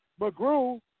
McGrew